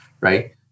right